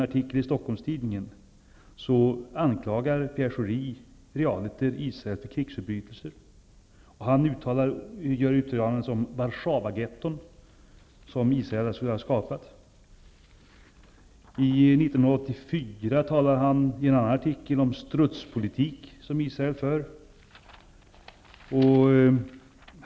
Pierre Schori realiter Israel för krigsförbrytelser och gjorde uttalanden som att Israel skulle ha skapat Warszawagetton. I en annan artikel 1984 talade han om att Israel förde en strutspolitik.